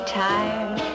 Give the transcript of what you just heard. tired